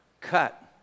cut